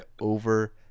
over